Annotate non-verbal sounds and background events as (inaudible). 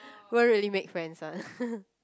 won't really make friends one (laughs)